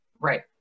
Right